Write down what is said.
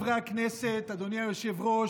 אדוני היושב-ראש,